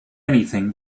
anything